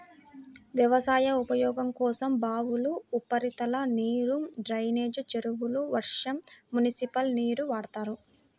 వ్యవసాయ ఉపయోగం కోసం బావులు, ఉపరితల నీరు, డ్రైనేజీ చెరువులు, వర్షం, మునిసిపల్ నీరుని వాడతారు